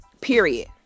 period